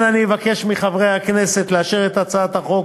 ולכן אני מבקש מחברי הכנסת לאשר את הצעת החוק